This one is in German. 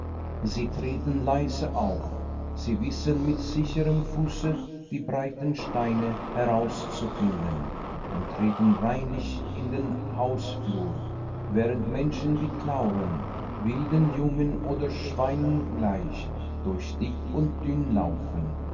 sie treten leise auf sie wissen mit sicherem fuße die breiten steine herauszufinden und treten reinlich in den hausflur während menschen wie clauren wilden jungen oder schweinen gleich durch dick und dünn